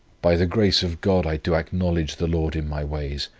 by the grace of god i do acknowledge the lord in my ways,